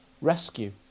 rescue